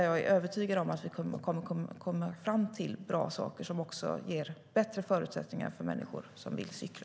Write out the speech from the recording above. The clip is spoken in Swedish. Jag är övertygad om att vi kommer att komma fram till bra saker som ger bättre förutsättningar för människor som vill cykla.